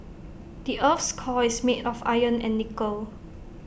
the Earth's core is made of iron and nickel